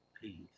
peace